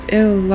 ill